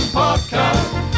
podcast